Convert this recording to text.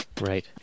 right